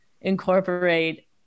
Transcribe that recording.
incorporate